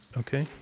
okay.